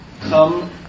come